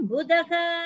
Buddha